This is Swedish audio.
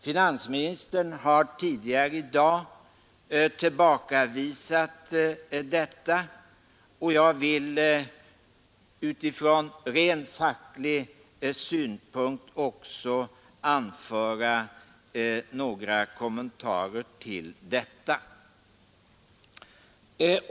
Finansministern har tidigare i dag tillbakavisat detta, och jag vill utifrån rent facklig synpunkt också anföra några kommentarer därtill.